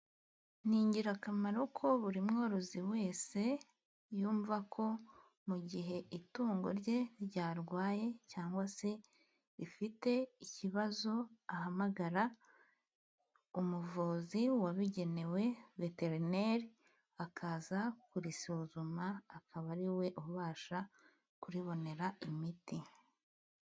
Ni ingirakamaro ko buri mworozi wese yumva ko mu gihe itungo rye ryarwaye cyangwa se rifite ikibazo, ahamagara umuvuzi wabigenewe veterineri, akaza kurisuzuma, akaba ari we ubasha kuribonera imiti.